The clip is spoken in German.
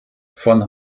von